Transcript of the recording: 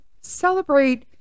celebrate